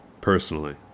personally